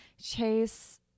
Chase